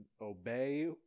obey